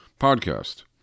podcast